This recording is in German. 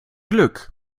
glück